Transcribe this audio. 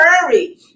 hurry